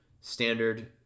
Standard